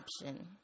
option